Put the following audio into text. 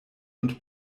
und